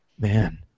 Man